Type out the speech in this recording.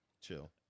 Chill